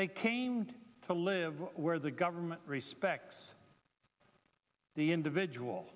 they came to live where the government respects the individual